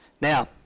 Now